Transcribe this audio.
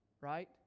right